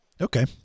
Okay